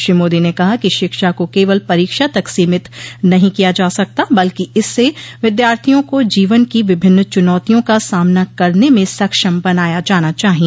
श्री मोदी ने कहा कि शिक्षा को केवल परीक्षा तक सीमित नहीं किया जा सकता बल्कि इससे विद्यार्थियों को जीवन की विभिन्न चुनौतियों का सामना करने में सक्षम बनाया जाना चाहिए